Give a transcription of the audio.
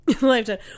Lifetime